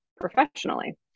professionally